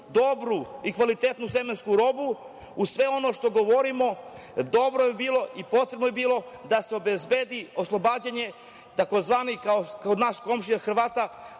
dobru i kvalitetnu semensku robu, uz sve ono što govorimo, dobro bi bilo i potrebno bi bilo da se obezbedi oslobađanje tzv. kod naš komšija Hrvata,